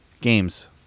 Games